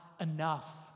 enough